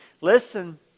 Listen